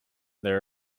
there